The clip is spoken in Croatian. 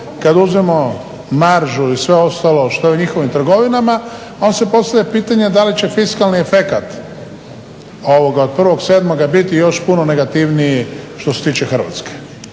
kad uzmemo maržu i sve ostalo što je u njihovim trgovinama onda se postavlja pitanje da li će fiskali efekata od prvoga sedmog biti još puno negativniji što se tiče Hrvatske.